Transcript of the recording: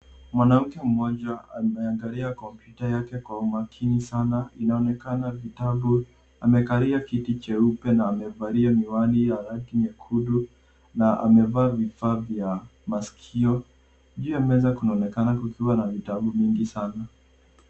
Mwanamke mmoja anaangalia kompyuta yake kwa umakini sana. Inaonekana vitabu. Amekalia kiti cheupe na amevalia miwani ya rangi nyekundu. Juu ya meza kunaonekana kukiwa na vitabu vingi sana.